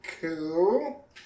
cool